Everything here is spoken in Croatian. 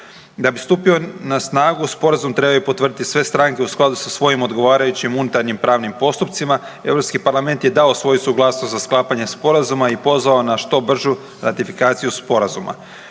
Da bi stupio na snagu sporazum trebaju potvrditi sve stranke u skladu sa svojim odgovarajućim unutarnjim pravnim postupcima. Europski parlament je dao svoju suglasnost za sklapanje sporazuma i pozvao na što bržu ratifikaciju sporazuma.